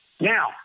Now